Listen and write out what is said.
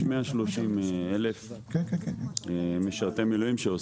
יש 130,000 משרתי מילואים,